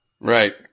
Right